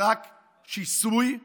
אין ריפוי ויש רק שיסוי וביזוי.